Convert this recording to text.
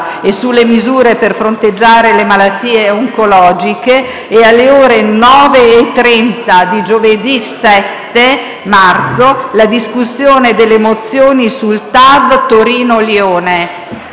e sulle misure per fronteggiare le malattie oncologiche, e - alle ore 9,30 di giovedì 7 marzo - la discussione delle mozioni sul TAV Torino-Lione.